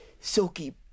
silky